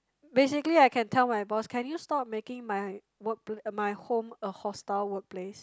basically I can tell my boss can you stop making my work my home a hostile workplace